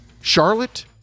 Charlotte